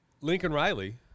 Lincoln-Riley